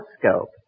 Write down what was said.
telescope